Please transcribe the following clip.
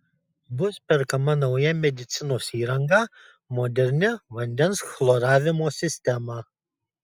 bus perkama nauja medicinos įranga moderni vandens chloravimo sistema